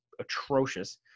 atrocious